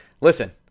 Listen